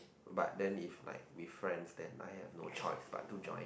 but then if like with friends then I have no choice but to join